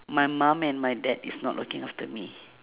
my mom and my dad is not looking after me